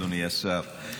אדוני השר,